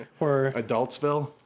Adultsville